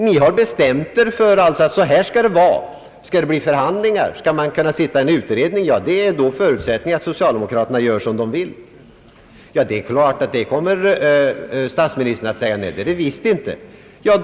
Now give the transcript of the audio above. Ni har bestämt er för att det skall vara på ett visst sätt, och förutsättningen för att man skall sitta i förhandlingar är att socialdemokraterna gör som de vill. Det är klart att statsministern kommer att säga, att det visst inte är så.